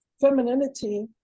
femininity